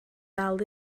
dal